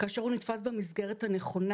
כאשר הוא נתפס במסגרת הנכונה,